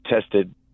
tested